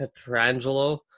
Petrangelo